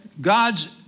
God's